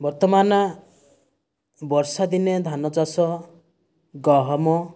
ବର୍ତ୍ତମାନ ବର୍ଷାଦିନେ ଧାନ ଚାଷ ଗହମ